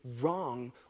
wrong